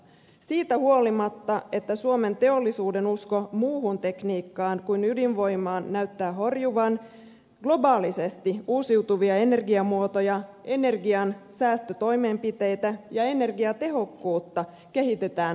siitä huolimatta että suomen teollisuuden usko muuhun tekniikkaan kuin ydinvoimaan näyttää horjuvan globaalisesti uusiutuvia energiamuotoja energiansäästötoimenpiteitä ja energiatehokkuutta kehitetään nopeasti